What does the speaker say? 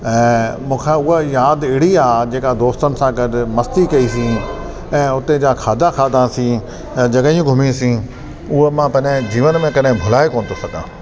ऐं मूंखे उहा यादि अहिड़ी आहे जेका दोस्तनि सां गॾु मस्ती कई सि ऐं उते जा खाधा खाधासीं ऐं जॻहियूं घुमियूंसि उहे मां पंहिंजे जीवन में कॾहिं भुलाए कोन्ह थो सघां